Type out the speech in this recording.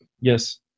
Yes